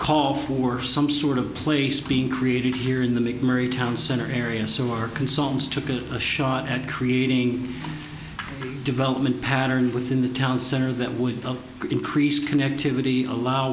call for some sort of place being created here in the mcmurray town center area so our consultants took a shot at creating development patterns within the town center that would increase connectivity allow